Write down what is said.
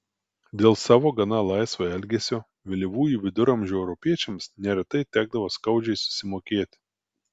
dėl savo gana laisvo elgesio vėlyvųjų viduramžių europiečiams neretai tekdavo skaudžiai susimokėti